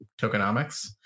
tokenomics